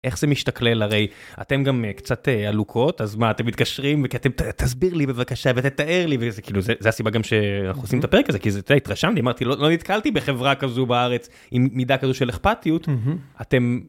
איך זה משתכלל, הרי אתם גם קצת עלוקות אז מה אתם מתקשרים תסביר לי בבקשה ותתאר לי וזה כאילו זה הסיבה גם שאנחנו עושים את הפרק הזה כי זה התרשמתי אמרתי לא נתקלתי בחברה כזו בארץ עם מידה כזו של אכפתיות אתם